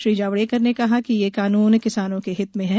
श्री जावड़ेकर ने कहा कि ये कानून किसानों के हित में है